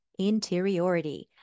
interiority